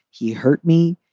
he hurt me.